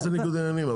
מה זה ניגוד עניינים?